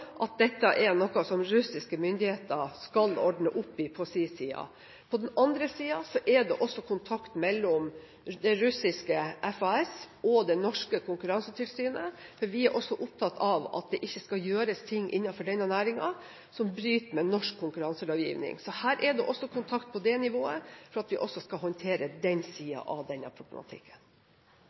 at dette er noe som russiske myndigheter ordner opp i på sin side. På en annen side er det også kontakt mellom russiske FAS og det norske Konkurransetilsynet, for vi er også opptatt av at det ikke skal gjøres noe innenfor denne næringen som bryter med norsk konkurranselovgivning. Så her er det også kontakt på det nivået for at vi også skal håndtere den siden av denne problematikken.